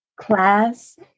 class